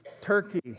Turkey